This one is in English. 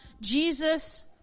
Jesus